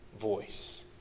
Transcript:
voice